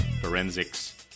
forensics